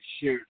shared